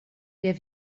der